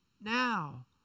now